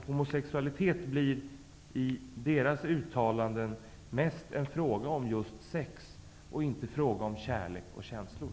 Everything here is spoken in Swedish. Homosexualiteten blir i deras uttalanden mest en fråga om just sex, inte om kärlek och känslor.